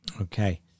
Okay